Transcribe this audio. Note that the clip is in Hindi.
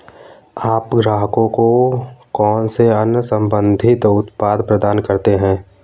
आप ग्राहकों को कौन से अन्य संबंधित उत्पाद प्रदान करते हैं?